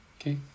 okay